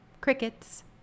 crickets